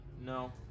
No